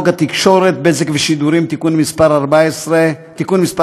התקשורת (בזק ושידורים) (תיקון מס' 65),